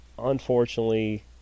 Unfortunately